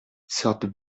sortent